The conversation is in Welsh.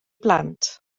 blant